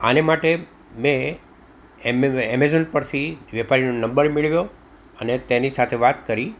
આને માટે મેં એમેઝોન પરથી વેપારી નો નંબર મેળવ્યો અને તેની સાથે વાત કરી